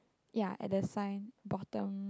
ya at the sign bottom